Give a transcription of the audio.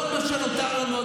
כל מה שנותר לנו,